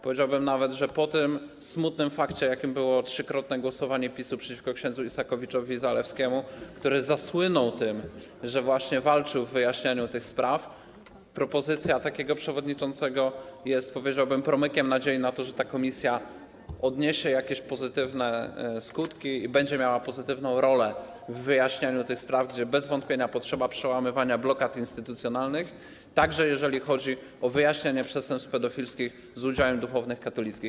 Powiedziałbym nawet, że po tym smutnym fakcie, jakim było trzykrotne głosowanie PiS-u przeciwko ks. Isakowiczowi-Zaleskiemu, który zasłynął tym, że właśnie walczył w czasie wyjaśniania tych spraw, zaproponowanie takiego przewodniczącego jest promykiem nadziei na to, że ta komisja przyniesie pozytywne skutki i będzie miała pozytywną rolę w wyjaśnianiu tych spraw, w których bez wątpienia potrzebne jest przełamywanie blokad instytucjonalnych, także jeżeli chodzi o wyjaśnianie przestępstw pedofilskich z udziałem duchownych katolickich.